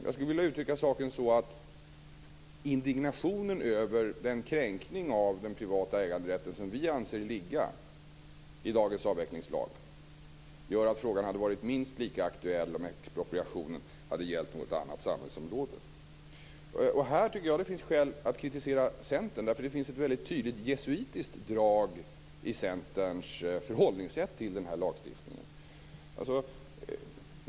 Jag skulle vilja uttrycka saken på ett sådant sätt att indignationen över den kränkning av den privata äganderätten som vi anser ligga i dagens avvecklingslag gör att frågan hade varit minst lika aktuell om expropriationen hade gällt något annat samhällsområde. Här tycker jag att det finns skäl att kritisera Centern. Jag tycker att det finns ett väldigt tydligt jesuitiskt drag i Centerns sätt att förhålla sig till den här lagstiftningen.